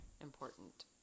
important